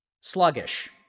Sluggish